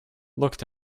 looked